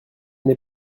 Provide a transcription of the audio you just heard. n’ai